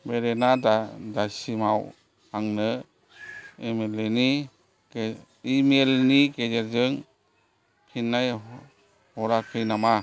बेरेना दासिमाव आंनो इमेल नि गेजेरजों फिन्नाय हराखै नामा